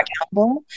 accountable